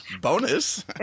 Bonus